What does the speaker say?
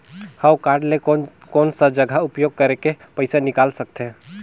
हव कारड ले कोन कोन सा जगह उपयोग करेके पइसा निकाल सकथे?